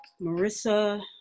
Marissa